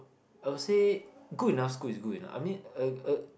I will say good enough school is good enough I mean a a